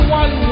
one